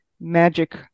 magic